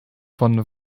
von